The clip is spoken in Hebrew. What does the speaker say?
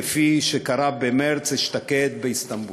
כפי שקרה במרס אשתקד באיסטנבול.